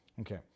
Okay